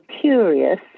curious